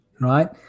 Right